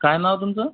काय नाव तुमचं